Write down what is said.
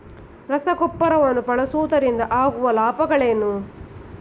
ರಸಗೊಬ್ಬರವನ್ನು ಬಳಸುವುದರಿಂದ ಆಗುವ ಲಾಭಗಳೇನು?